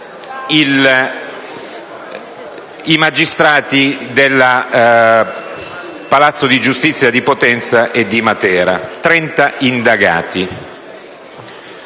i magistrati del palazzo di giustizia di Potenza e di Matera, 30 indagati.